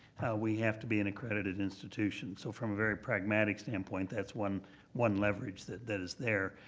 we have to be an accredited institution, so from a very pragmatic standpoint, that's one one leverage that that is there.